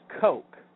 Coke